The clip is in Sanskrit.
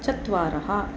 चत्वारः